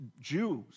Jews